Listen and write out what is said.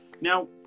Now